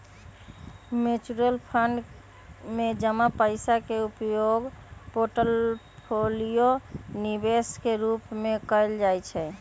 mutual fund में जमा पइसा के उपयोग पोर्टफोलियो निवेश के रूपे कएल जाइ छइ